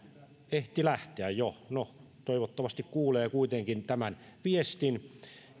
ehti lähteä jo no toivottavasti kuulee kuitenkin tämän viestin